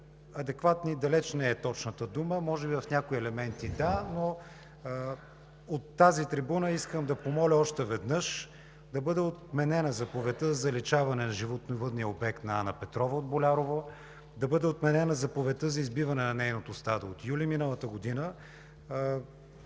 „адекватни“ далеч не е точната дума. Може би в някои елементи – да, но от тази трибуна искам да помоля още веднъж да бъде отменена заповедта за заличаване на животновъдния обект на Ана Петрова от Болярово, да бъде отменена заповедта за избиване на нейното стадо от юли миналата година.